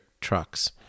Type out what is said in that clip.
trucks